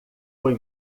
foi